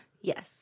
Yes